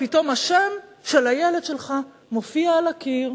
ופתאום השם של הילד שלך מופיע על הקיר.